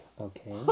okay